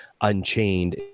unchained